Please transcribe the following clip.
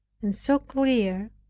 and so clear,